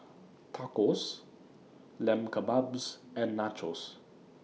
Tacos Lamb Kebabs and Nachos